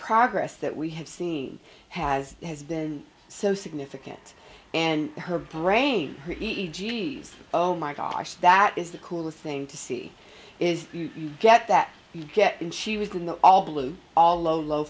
progress that we have seen has has been so significant and her brain e g f oh my gosh that is the coolest thing to see is you get that you get in she was in the all blue all low low